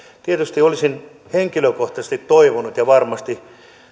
tietysti olisin henkilökohtaisesti toivonut ja varmasti